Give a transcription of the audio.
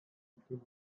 victims